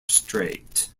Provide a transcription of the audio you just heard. strait